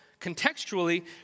contextually